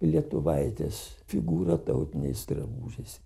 lietuvaitės figūrą tautiniais drabužiais